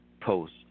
post